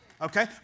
Okay